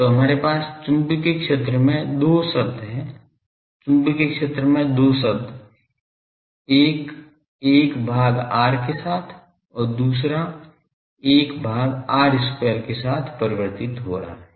तो हमारे पास चुंबकीय क्षेत्र में दो शब्द हैं चुंबकीय क्षेत्र में दो शब्द एक 1 भाग r के साथ और दूसरा 1 भाग r square के साथ परिवर्तित हो रहा है